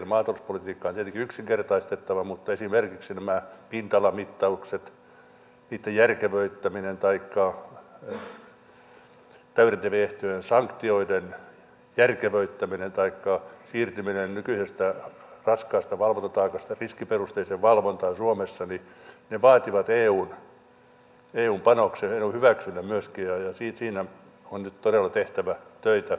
maatalouspolitiikkaa on tietenkin yksinkertaistettava mutta esimerkiksi näiden pinta alamittausten järkevöittäminen taikka täydentävien ehtojen ja sanktioiden järkevöittäminen taikka siirtyminen nykyisestä raskaasta valvontataakasta riskiperusteiseen valvontaan suomessa vaativat eun panoksen ja myöskin eun hyväksynnän ja siinä on nyt todella tehtävä töitä